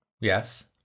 yes